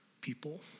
people